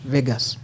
Vegas